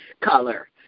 color